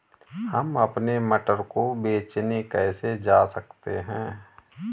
हम अपने मटर को बेचने कैसे जा सकते हैं?